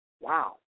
Wow